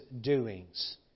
doings